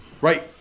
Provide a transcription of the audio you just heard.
Right